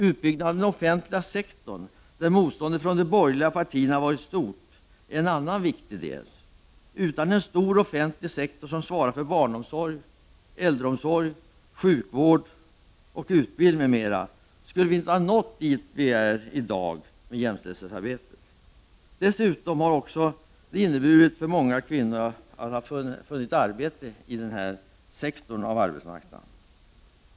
Utbyggnaden av den offentliga sektorn — där motståndet från de borgerliga partierna varit stort — är en annan viktig del. Utan en stor offentlig sektor som svarar för barnomsorg, äldreomsorg, sjukvård, utbildning m.m. skulle vi inte ha nått så långt som vi har gjort i dag i jämställdhetsarbetet. Dessutom har detta inneburit att många kvinnor funnit arbete i denna sektor på arbetsmarknaden.